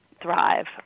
thrive